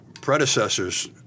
predecessors